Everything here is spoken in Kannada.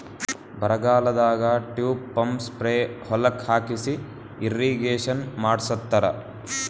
ಬರಗಾಲದಾಗ ಟ್ಯೂಬ್ ಪಂಪ್ ಸ್ಪ್ರೇ ಹೊಲಕ್ಕ್ ಹಾಕಿಸಿ ಇರ್ರೀಗೇಷನ್ ಮಾಡ್ಸತ್ತರ